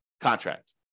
contract